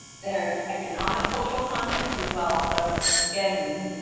there's economic cultural context as well, so again,